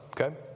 Okay